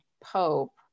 pope